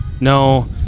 No